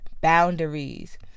boundaries